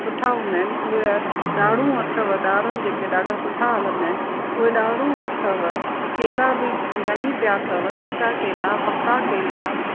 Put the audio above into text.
सुठा हूंदा आहिनि उहे ॾाढ़ू अथव ॾाढ़ू जेके ॾाढा सुठा हलंदा आहिनि उहे ॾाढ़ू अथव केला बि घणेई पिया अथव कच्चा केला पक्का केला